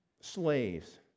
slaves